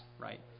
right